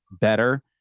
better